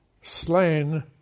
slain